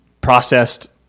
processed